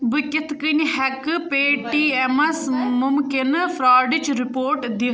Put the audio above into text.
بہٕ کِتھٕ کٔنۍ ہٮ۪کہٕ پیٚے ٹی ایٚمس مُمکنہٕ فرٛاڈٕچ رِپورٹ دِتھ